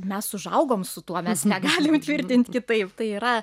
mes užaugom su tuo mes negalim tvirtint kitaip tai yra